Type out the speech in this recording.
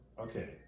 okay